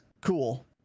Cool